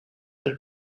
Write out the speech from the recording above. are